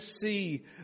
see